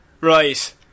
right